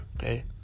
okay